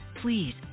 please